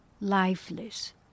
lifeless